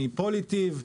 מ'פוליטיב',